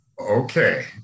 Okay